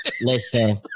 listen